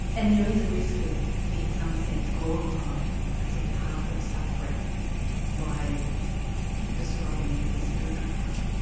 and there is a risk of in some sense glorifying a sort of path of suffering by describing it as a spiritual path.